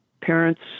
parents